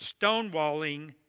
stonewalling